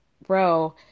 bro